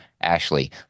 Ashley